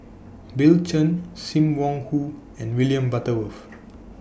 Bill Chen SIM Wong Hoo and William Butterworth